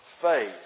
faith